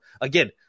again